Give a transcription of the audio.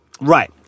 Right